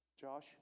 Josh